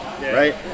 right